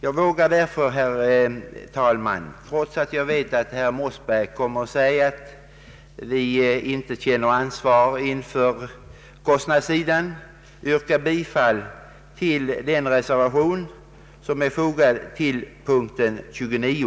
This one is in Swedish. Herr talman! Trots att jag vet att utskottets talesman kommer att säga att vi reservanter inte känner ansvar för statsbudgetens utgiftssida vågar jag yrka bifall till den reservation som är fogad till punkten 29.